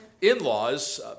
in-laws